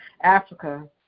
Africa